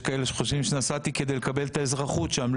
כאלה שחושבים שנסעתי כדי לקבל את האזרחות שם,